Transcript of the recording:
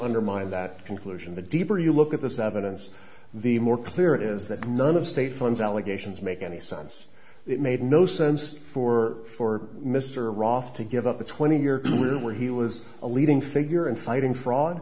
undermine that conclusion the deeper you look at this evidence the more clear it is that none of the state funds allegations make any sense it made no sense for for mr roth to give up a twenty year career where he was a leading figure in fighting fraud